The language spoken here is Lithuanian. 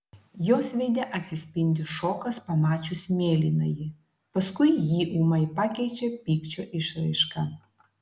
jos veide atsispindi šokas pamačius mėlynąjį paskui jį ūmai pakeičia pykčio išraiška